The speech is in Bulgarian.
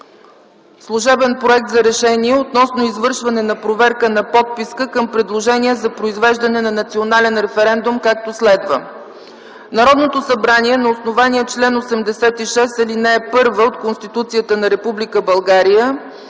служебен Проект за решение относно извършване на проверка на подписка към предложение за произвеждане на национален референдум, както следва: „Народното събрание на основание чл. 86, ал. 1 от Конституцията на